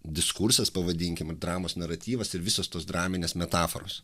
diskursas pavadinkim dramos naratyvas ir visos tos draminės metaforos